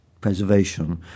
preservation